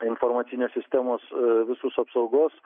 informacinės sistemos visus apsaugos